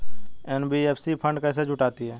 NBFC fund कैसे जुटाती है?